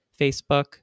facebook